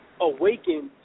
awakens